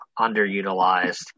underutilized